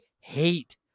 hate